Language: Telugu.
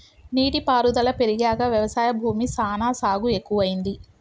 నీటి పారుదల పెరిగాక వ్యవసాయ భూమి సానా సాగు ఎక్కువైంది